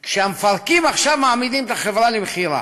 לפחות שכשהמפרקים מעמידים עכשיו את החברה למכירה,